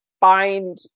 bind